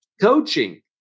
coaching